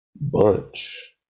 bunch